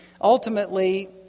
ultimately